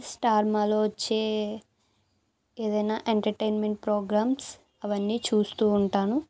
star Maa లో వచ్చే ఏదైనా ఎంటర్టైన్మెంట్ ప్రోగ్రామ్స్ అవన్నీ చూస్తు ఉంటాను